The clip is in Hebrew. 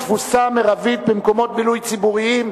תפוסה מרבית במקומות בילוי ציבוריים),